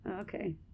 Okay